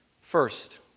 First